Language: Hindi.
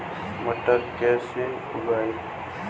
मटर कैसे उगाएं?